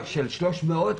של 300 אנשים,